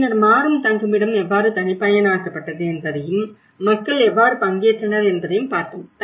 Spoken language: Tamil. பின்னர் மாறும் தங்குமிடம் எவ்வாறு தனிப்பயனாக்கப்பட்டது என்பதையும் மக்கள் எவ்வாறு பங்கேற்றனர் என்பதையும் பார்த்தோம்